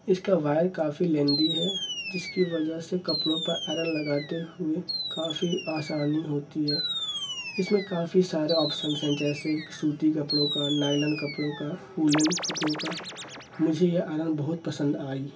اس کا وائر کافی لیندی ہے جس کی وجہ سے کپڑوں پر آئرن لگاتے ہوئے کافی آسانی ہوتی ہے اس میں کافی سارے آپسنز ہیں جیسے سوتی کپڑوں کا نائلن کپڑوں کا اولن کپڑوں کا مجھے یہ آئرن بہت پسند آئی